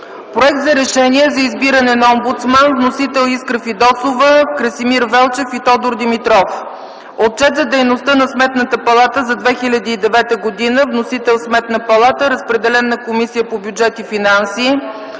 Проект за решение за избиране на омбудсман. Вносители са Искра Фидосова, Красимир Велчев и Тодор Димитров. Отчет за дейността на Сметната палата за 2009 г. Вносител е Сметната палата. Разпределен е и на Комисията по бюджет и финанси.